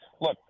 look